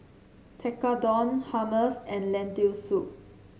Tekkadon Hummus and Lentil Soup